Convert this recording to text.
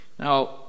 Now